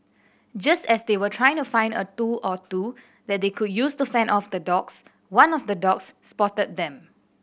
just as they were trying to find a tool or two that they could use to fend off the dogs one of the dogs spotted them